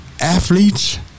athletes